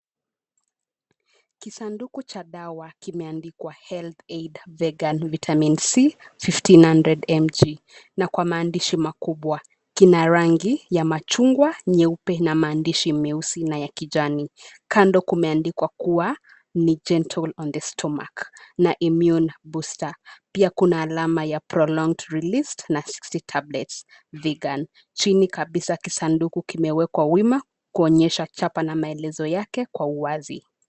Kisanduku cha dawa kimeandikwa health aid vegan vitamin c fifteen hundred mg , na kwa maandishi makubwa . Kina rangi ya machungwa, nyeupe na maandishi meusi na ya kijani. Kando kumeandikwa kuwa ni gentle on the stomach na immune booster . Pia kuna alama ya prolonged release na sixty tablets vegan . Chini kabisa kisanduku kimewekwa wima kuonyesha chapa na maelezo yake kwa uwazi.